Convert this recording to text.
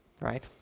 Right